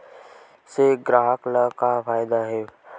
से ग्राहक ला का फ़ायदा हे?